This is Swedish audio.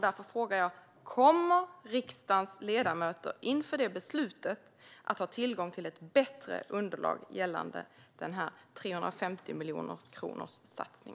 Därför frågar jag: Kommer riksdagens ledamöter inför det beslutet att ha tillgång till ett bättre underlag gällande denna 350-miljonerssatsning?